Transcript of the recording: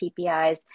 PPIs